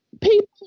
People